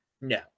No